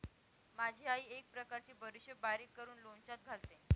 माझी आई एक प्रकारची बडीशेप बारीक करून लोणच्यात घालते